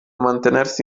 mantenersi